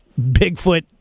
Bigfoot